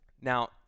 Now